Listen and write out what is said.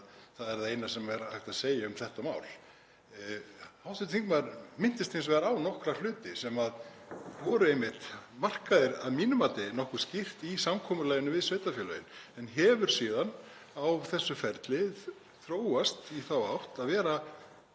Það er það eina sem er hægt að segja um þetta mál. Hv. þingmaður minntist hins vegar á nokkra hluti sem voru einmitt markaðir að mínu mati nokkuð skýrt í samkomulaginu við sveitarfélögin en hafa síðan á þessu ferli þróast í þá átt að vera